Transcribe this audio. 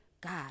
god